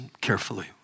carefully